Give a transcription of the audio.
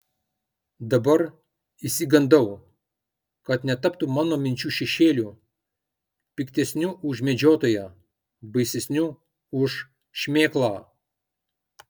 dabar išsigandau kad netaptų mano minčių šešėliu piktesniu už medžiotoją baisesniu už šmėklą